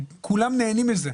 כולם נהנים מזה.